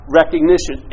recognition